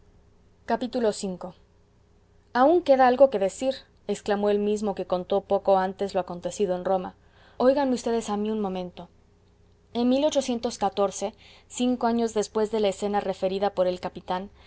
v aun queda algo que decir exclamó el mismo que contó poco antes lo acontecido en roma oigan ustedes a mí un momento en cinco años después de la escena referida por el capitán